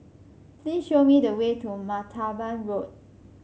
please show me the way to Martaban Road